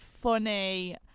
funny